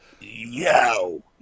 Yo